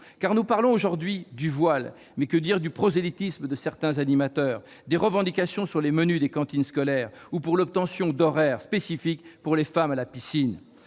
nous parlons aujourd'hui du voile, mais que dire du prosélytisme de certains animateurs, des revendications sur les menus des cantines scolaires ou pour l'obtention d'horaires spécifiques pour les femmes à la piscine